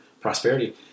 prosperity